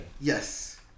Yes